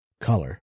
color